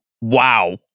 Wow